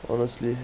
honestly